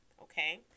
okay